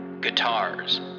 Guitars